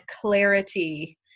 clarity